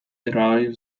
arrive